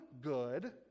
good